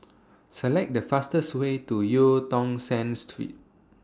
Select The fastest Way to EU Tong Sen Street